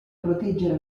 proteggere